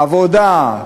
עבודה,